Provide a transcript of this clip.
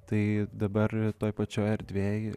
tai dabar toj pačioj erdvėj